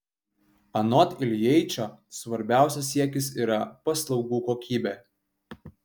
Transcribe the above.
anot iljeičio svarbiausias siekis yra paslaugų kokybė